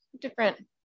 Different